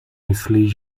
myslí